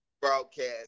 broadcast